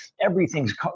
everything's